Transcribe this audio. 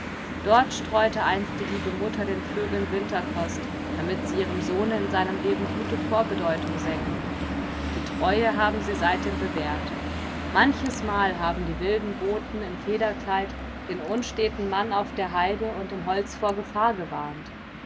dort streute einst die liebe mutter den vögeln winterkost damit sie ihrem sohne in seinem leben gute vorbedeutung sängen die treue haben sie seitdem bewährt manches mal haben die wilden boten im federkleid den unsteten mann auf der heide und im holz vor gefahr gewarnt